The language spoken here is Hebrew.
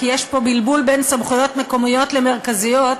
כי יש פה בלבול בין סמכויות מקומיות למרכזיות,